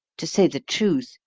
to say the truth,